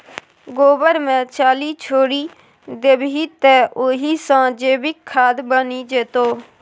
गोबर मे चाली छोरि देबही तए ओहि सँ जैविक खाद बनि जेतौ